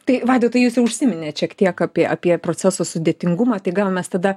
tai vaidotai jūs jau užsiminėt šiek tiek apie apie proceso sudėtingumą tai gal mes tada